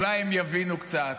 אולי הם יבינו קצת,